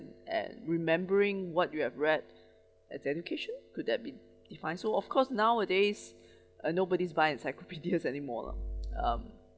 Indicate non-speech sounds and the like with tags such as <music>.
and remembering what you have read as education could that be defined so of course nowadays <breath> uh nobody buy encyclopedias anymore lah um